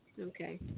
Okay